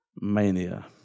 mania